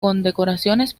condecoraciones